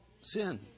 sin